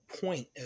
point